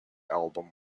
album